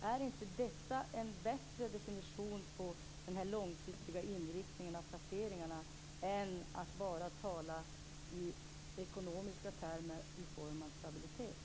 Är inte detta en bättre definition på den långsiktiga inriktningen av placeringarna än att bara tala i ekonomiska termer i form av stabilitet?